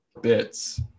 bits